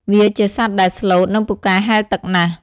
វាជាសត្វដែលស្លូត និងពូកែហែលទឹកណាស់។